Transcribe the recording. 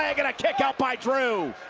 leg, and a kick out by drew.